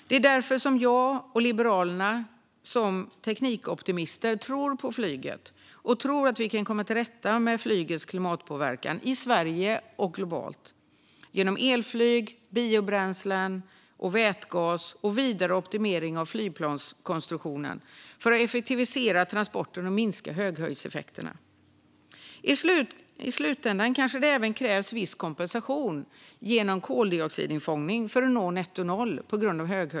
Det är därför jag och Liberalerna, som teknikoptimister, tror på flyget och tror att vi kan komma till rätta med flygets klimatpåverkan, i Sverige och globalt, genom elflyg, biobränslen, vätgas och vidare optimering av flygplanskonstruktionen för att effektivisera transporten och minska höghöjdseffekterna. I slutändan kanske det även på grund av höghöjdseffekterna krävs viss kompensation genom koldioxidinfångning för att nå netto noll.